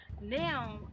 now